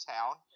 Town